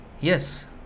Yes